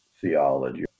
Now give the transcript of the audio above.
theology